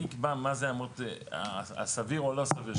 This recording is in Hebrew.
מי יקבע מה זה הסביר או לא הסביר?